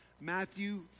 Matthew